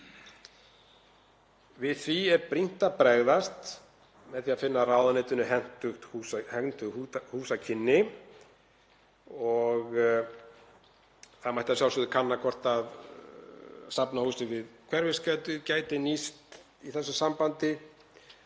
Við því er brýnt að bregðast með því að finna ráðuneytinu hentug húsakynni. Það mætti að sjálfsögðu kanna hvort safnahúsið við Hverfisgötu gæti nýst í þessu sambandi